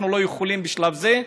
אנחנו לא יכולים בשלב זה.